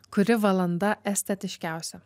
kuri valanda estetiškiausia